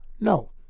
No